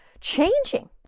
changing